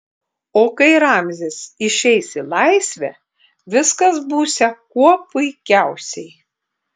o kai ramzis išeis į laisvę viskas būsią kuo puikiausiai